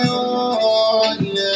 on